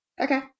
Okay